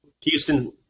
Houston